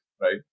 right